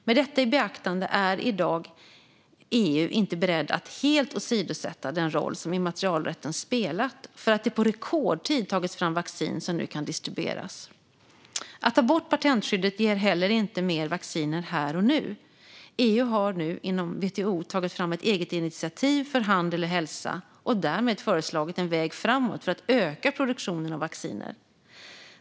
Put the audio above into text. Med detta i beaktande är EU i dag inte berett att helt åsidosätta den roll som immaterialrätten har spelat för att det på rekordtid har tagits fram vacciner som nu kan distribueras. Att ta bort patentskyddet ger heller inte mer vaccin här och nu. EU har nu inom WTO tagit fram ett eget initiativ för handel och hälsa och därmed föreslagit en väg framåt för att öka produktionen av vacciner.